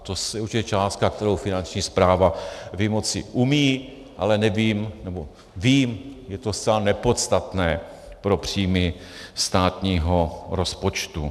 To je už částka, kterou Finanční správa vymoci umí, ale nevím nebo vím, je to zcela nepodstatné pro příjmy státního rozpočtu.